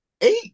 eight